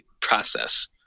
process